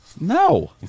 No